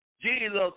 Jesus